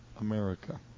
America